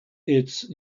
its